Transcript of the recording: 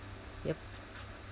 yup